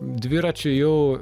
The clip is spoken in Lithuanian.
dviračiai jau